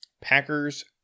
Packers